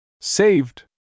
Saved